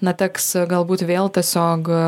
na teks galbūt vėl tiesiog